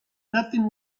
nothing